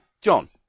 John